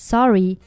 Sorry